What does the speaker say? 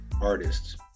artists